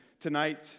tonight